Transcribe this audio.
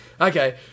okay